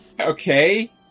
Okay